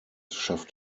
schafft